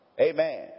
Amen